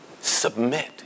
Submit